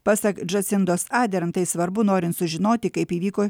pasak džasindos ardern tai svarbu norint sužinoti kaip įvyko